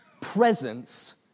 presence